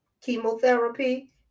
chemotherapy